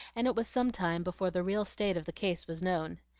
and it was some time before the real state of the case was known.